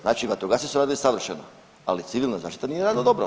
Znači vatrogasci su radili savršeno, ali civilna zaštita nije radila dobro.